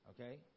Okay